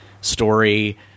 story